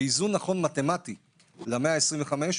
ואיזון מתמטי נכון ל-125%,